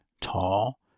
tall